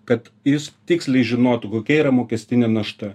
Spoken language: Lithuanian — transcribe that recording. kad jis tiksliai žinotų kokia yra mokestinė našta